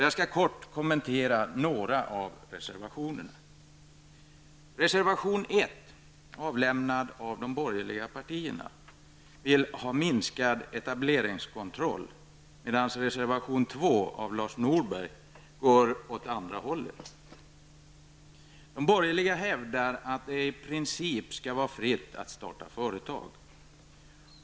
Jag skall kortfattat kommentera några av reservationerna. Lars Norberg, går åt andra hållet. De borgerliga hävdar att det i princip skall vara fritt att starta företag.